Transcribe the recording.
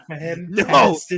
No